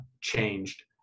changed